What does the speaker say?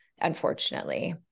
unfortunately